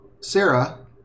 Sarah